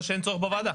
או שאין צורך בוועדה.